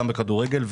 גם בכדורגל,